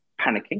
panicking